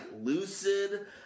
lucid